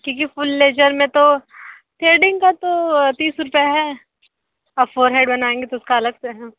क्योंकि full laser में तो थ्रेडिंग का तो तीस रूपए है और फोरहेड बनाएंगे तो उसका अलग से है